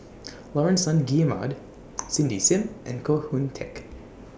Laurence Nunns Guillemard Cindy SIM and Koh Hoon Teck